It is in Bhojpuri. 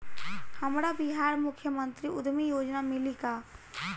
हमरा बिहार मुख्यमंत्री उद्यमी योजना मिली का?